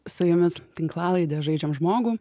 su jumis tinklalaidė žaidžiam žmogų